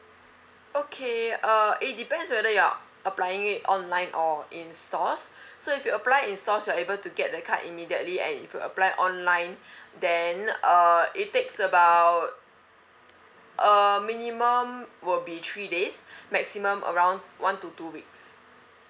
okay uh it depends whether you're applying it online or in stores so if you apply in stores you're able to get the card immediately and if you apply online then uh it takes about uh minimum will be three days maximum around one to two weeks